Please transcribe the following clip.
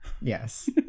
Yes